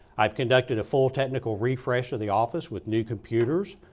i've conducted a full technical refresh of the office with new computers,